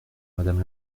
madame